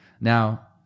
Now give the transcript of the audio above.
Now